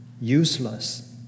useless